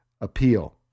appeal